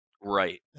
Right